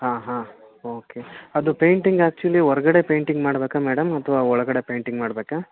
ಆಂ ಹಾಂ ಓಕೆ ಅದು painting actually ಹೊರ್ಗಡೆ ಪೇಂಟಿಂಗ್ ಮಾಡಬೇಕಾ ಮೇಡಮ್ ಅಥವಾ ಒಳಗಡೆ ಪೇಂಟಿಂಗ್ ಮಾಡಬೇಕಾ